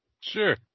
Sure